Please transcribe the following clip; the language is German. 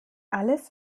alles